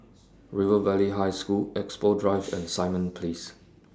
River Valley High School Expo Drive and Simon Place